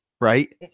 right